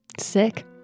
Sick